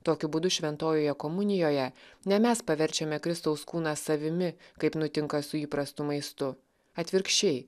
tokiu būdu šventojoje komunijoje ne mes paverčiame kristaus kūną savimi kaip nutinka su įprastu maistu atvirkščiai